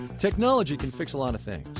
technology can fix a lot of things.